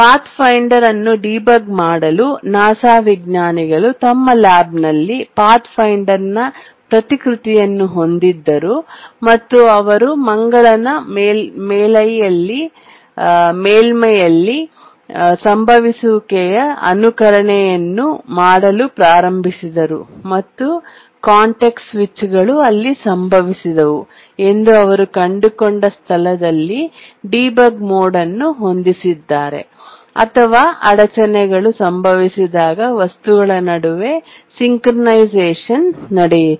Pathfinder ಅನ್ನು debug ಮಾಡಲು NASA ವಿಜ್ಞಾನಿಗಳು ತಮ್ಮ ಲ್ಯಾಬ್ನಲ್ಲಿ ಪಾತ್ಫೈಂಡರ್ನ ಪ್ರತಿಕೃತಿಯನ್ನು ಹೊಂದಿದ್ದರು ಮತ್ತು ಅವರು ಮಂಗಳನ ಮೇಲ್ಮೈಯಲ್ಲಿ ಸಂಭವಿಸುವಿಕೆಯ ಅನುಕರಣೆಯನ್ನು ಮಾಡಲು ಪ್ರಾರಂಭಿಸಿದರು ಮತ್ತು ಕಾಂಟೆಕ್ಸ್ಟ್ ಸ್ವಿಚ್ಗಳು ಎಲ್ಲಿ ಸಂಭವಿಸಿದವು ಎಂದು ಅವರು ಕಂಡುಕೊಂಡ ಸ್ಥಳದಲ್ಲಿ ಡೀಬಗ್ ಮೋಡ್ ಅನ್ನು ಹೊಂದಿಸಿದ್ದಾರೆ ಅಥವಾ ಅಡಚಣೆಗಳು ಸಂಭವಿಸಿದಾಗ ವಸ್ತುಗಳ ನಡುವೆ ಸಿಂಕ್ರೊನೈಸೇಶನ್ ನಡೆಯಿತು